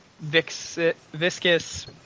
viscous